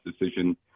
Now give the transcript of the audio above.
decision